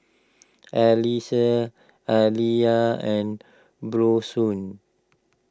Alecia Aliya and Bronson